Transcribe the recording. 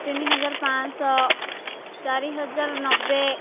ତିନି ହଜାର ପାଞ୍ଚଶହ ଚାରି ହଜାର ନବେ